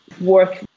work